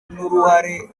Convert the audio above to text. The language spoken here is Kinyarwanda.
n’uruhare